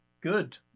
good